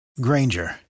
Granger